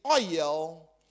oil